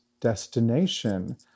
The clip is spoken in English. destination